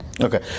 Okay